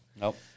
Nope